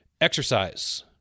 Exercise